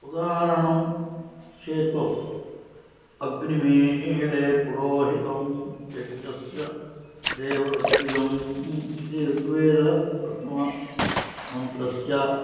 उदाहरणं चेत् अग्निमीले पुरोहितं यज्ञस्य देववृत्विजम् इति ऋग्वेदप्रथममन्त्रस्य